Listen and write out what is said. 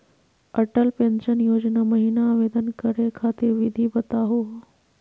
Atal pension Yojana महिना आवेदन करै खातिर विधि बताहु हो?